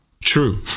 True